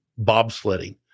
bobsledding